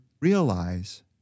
realize